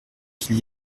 qu’il